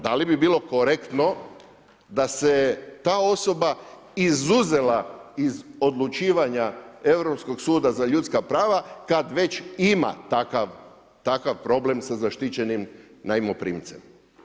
Da li bi bilo korektno da se ta osoba izuzela iz odlučivanja Europskog suda za ljudska prava kad već ima takav problem sa zaštićenim najmoprimcem.